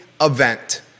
event